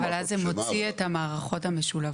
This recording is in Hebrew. אבל אז זה בעצם מוציא את המערכות המשולבות?